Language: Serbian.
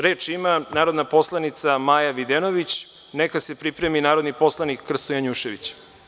Reč ima narodna poslanica Maja Videnović, neka se pripremi narodni poslanik Krsta Janjušević.